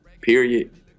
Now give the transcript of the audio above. period